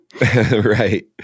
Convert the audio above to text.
Right